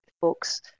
books